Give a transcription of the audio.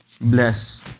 bless